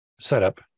setup